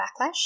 backlash